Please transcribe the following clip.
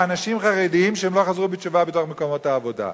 חרדים שהם לא חזרו בתשובה בתוך מקומות העבודה,